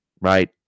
right